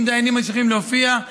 אם דיינים ממשיכים להופיע,